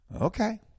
Okay